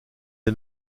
est